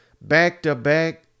back-to-back